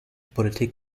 politik